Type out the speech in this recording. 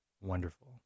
wonderful